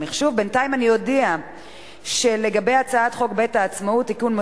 בינתיים אני אודיע שלגבי הצעת חוק בית-העצמאות (תיקון,